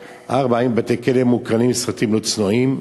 4. האם בבתי-הכלא מוקרנים סרטים לא צנועים?